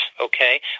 okay